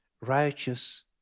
righteous